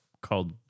called